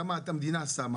כמה המדינה שמה?